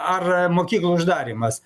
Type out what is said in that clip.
ar mokyklų uždarymas